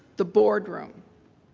the board room.